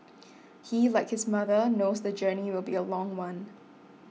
he like his mother knows the journey will be a long one